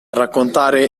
raccontare